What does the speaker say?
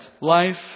life